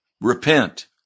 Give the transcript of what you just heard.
Repent